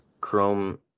chrome